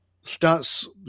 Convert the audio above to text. starts